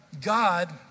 God